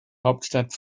hauptstadt